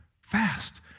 fast